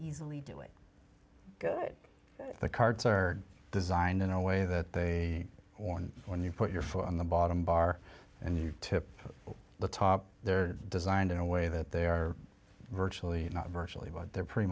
easily do it good the cards are designed in a way that they or when you put your foot on the bottom bar and you tip the top they're designed in a way that they are virtually not virtually but they're pretty